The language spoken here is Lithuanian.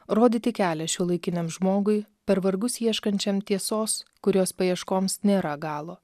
rodyti kelią šiuolaikiniam žmogui per vargus ieškančiam tiesos kurios paieškoms nėra galo